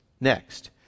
next